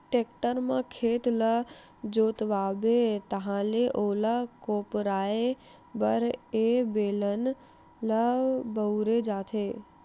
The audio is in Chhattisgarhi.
टेक्टर म खेत ल जोतवाबे ताहाँले ओला कोपराये बर ए बेलन ल बउरे जाथे